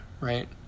right